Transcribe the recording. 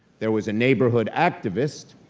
there was a neighborhood activist,